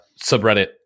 subreddit